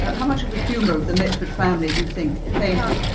ah how much of the humor of the mitford family do you think came and